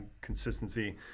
consistency